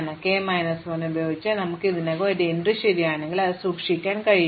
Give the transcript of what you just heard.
അതിനാൽ k minus 1 ഉപയോഗിച്ച് എനിക്ക് ഇതിനകം ഒരു എൻട്രി ശരിയാണെങ്കിൽ എനിക്ക് അത് സൂക്ഷിക്കാൻ കഴിയും